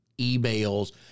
emails